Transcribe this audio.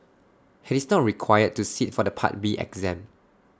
he is not required to sit for the part B exam